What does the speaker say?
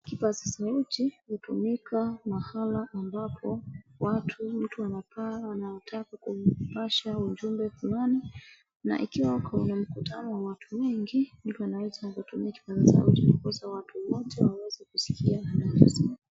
Kipaza sauti hutumika mahala ambapo mtu anataka kupasha ujumbe fulani, na ikiwa kuna mkutano wa watu wengi, mtu anaweza kutumia kipaza sauti ndiposa watu wote waweze kusikia anavyosema.